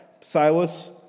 Silas